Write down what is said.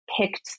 picked